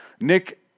Nick